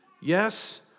yes